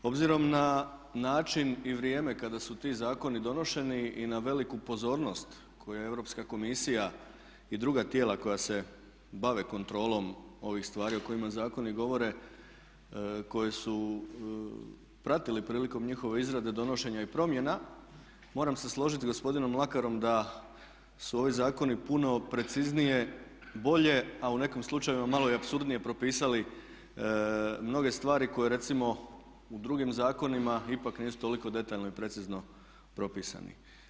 Obzirom na način i vrijeme kada su ti zakoni donošeni i na veliku pozornost koju je Europska komisija i druga tijela koja se bave kontrolom ovih stvari o kojima zakoni govore koji su pratili prilikom njihove izrade donošenja i promjena moram se složiti s gospodinom Mlakarom da su ovi zakoni puno preciznije, bolje, a u nekim slučajevima malo i apsurdnije propisali mnoge stvari koje recimo u drugim zakonima ipak nisu toliko detaljno i precizno propisani.